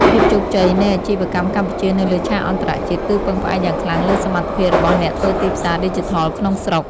ភាពជោគជ័យនៃអាជីវកម្មកម្ពុជានៅលើឆាកអន្តរជាតិ គឺពឹងផ្អែកយ៉ាងខ្លាំងលើសមត្ថភាពរបស់អ្នកធ្វើទីផ្សារឌីជីថលក្នុងស្រុក។